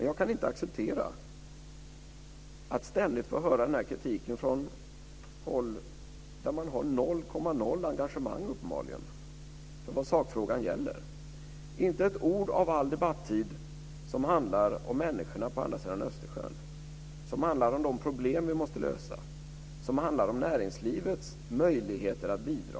Jag kan inte acceptera att ständigt få höra den här kritiken från håll där man uppenbarligen har noll komma noll engagemang för vad sakfrågan gäller. Det är inte ett ord under all debattid som handlar om människorna på andra sidan Östersjön, som handlar om de problem vi måste lösa eller om näringslivets möjligheter att bidra.